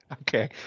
Okay